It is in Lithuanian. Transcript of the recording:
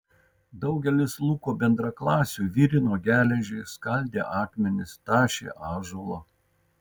daugelis luko bendraklasių virino geležį skaldė akmenis tašė ąžuolą